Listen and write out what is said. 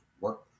work